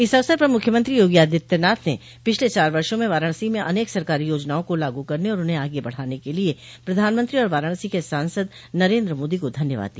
इस अवसर पर मुख्यमंत्री योगी आदित्यनाथ ने पिछले चार वर्षो में वाराणसी में अनेक सरकारी योजनाओं को लागू करने और उन्हें आगे बढ़ाने के लिए प्रधानमंत्री और वाराणसी के सांसद ने नरेन्द्र मोदी को धन्यवाद दिया